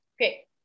Okay